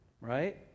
Right